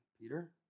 Peter